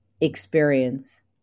experience